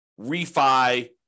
refi